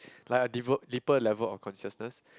like a deeper deeper level of consciousness